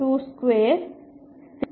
స్థిరాంకం అవుతుంది